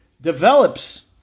develops